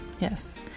Yes